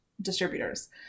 distributors